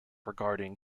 regarding